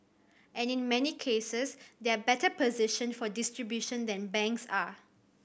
and in many cases they are better positioned for distribution than banks are